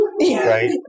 right